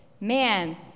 man